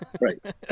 right